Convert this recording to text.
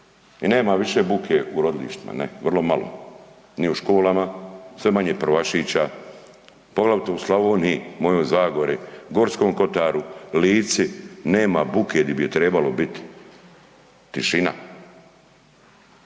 i nema više bude u rodilištima, ne. Vrlo malo, ni u školama, sve manje prvašića, poglavito u Slavoniji, mojoj Zagori, Gorskom kotaru, Lici, nema buke gdje bi je trebalo biti. Tišina.